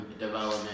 development